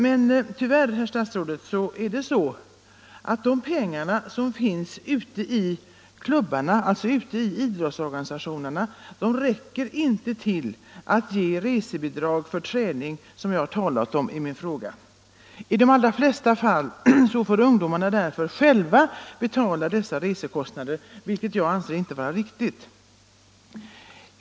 Men tyvärr är det så att de pengar idrottsklubbarna har inte räcker till att ge sådana resebidrag som jag har talat om i min fråga. I de allra flesta fall får ungdomarna själva betala resekostnaderna, och det anser jag inte vara riktigt.